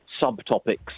subtopics